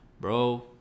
bro